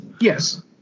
Yes